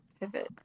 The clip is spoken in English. pivot